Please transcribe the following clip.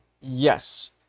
Yes